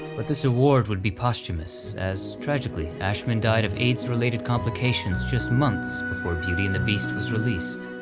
but this award would be posthumous as, tragically, ashman died of aids-related complications just months before beauty and the beast was released.